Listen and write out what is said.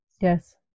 Yes